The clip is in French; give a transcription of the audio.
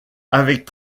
avec